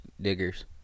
diggers